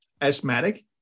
asthmatic